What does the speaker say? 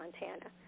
Montana